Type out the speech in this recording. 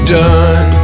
done